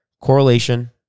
correlation